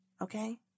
Okay